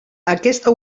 aquesta